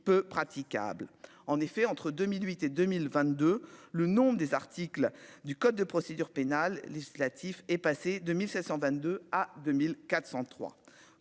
peu praticable en effet entre 2008 et 2022 le nombre des articles du code de procédure pénale législatif est passé de 1522 à 2403